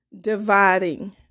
dividing